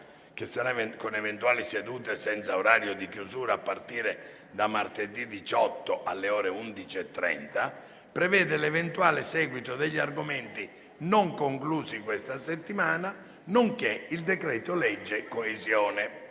che sarà con eventuali sedute senza orario di chiusura, a partire da martedì 18, alle ore 11,30, prevede l'eventuale seguito degli argomenti non conclusi questa settimana, nonché il decreto-legge coesione.